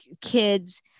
kids